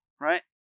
Right